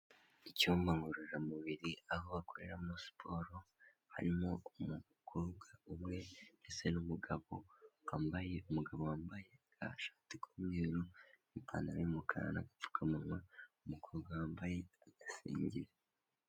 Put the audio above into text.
Icyumba ngororamubiri aho akorera muri siporo harimo umukobwa umwe ndetse numugabo wambaye umugabo wambaye t shati yu'umweru ipantaro yumukara nagapfukamunwaumukobwa wambaye agasengeri.